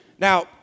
Now